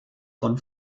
von